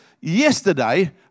yesterday